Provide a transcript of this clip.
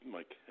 Mike